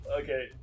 Okay